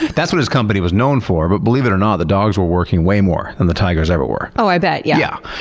that's what his company was known for, but believe it or not the dogs were working way more than the tigers ever were. oh, i bet yeah.